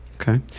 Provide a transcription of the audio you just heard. Okay